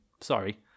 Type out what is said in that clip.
Sorry